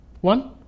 One